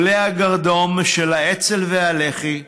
עולי הגרדום של האצ"ל והלח"י,